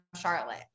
Charlotte